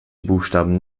buchstaben